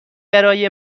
برای